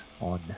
on